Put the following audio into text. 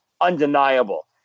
undeniable